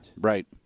Right